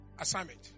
Assignment